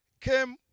came